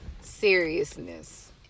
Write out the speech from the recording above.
seriousness